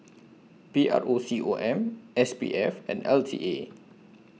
P R O C O M S P F and L T A